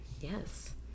Yes